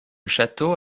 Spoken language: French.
château